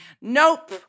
nope